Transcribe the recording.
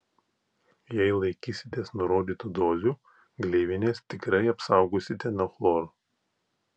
jei laikysitės nurodytų dozių gleivines tikrai apsaugosite nuo chloro